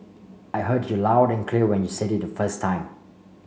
I heard you loud and clear when you said it the first time